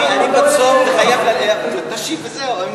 אני בצום, וחייב, תשיב וזהו.